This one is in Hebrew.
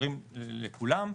שמוכרים לכולם.